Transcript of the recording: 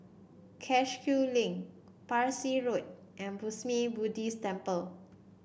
Cashew Link Parsi Road and Burmese Buddhist Temple